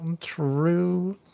true